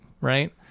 right